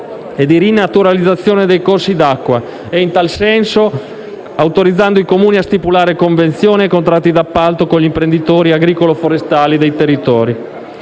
e di rinaturalizzazione dei corsi d'acqua, in tal senso autorizzando i Comuni a stipulare convenzioni e contratti di appalto con gli imprenditori agricolo-forestali del territorio.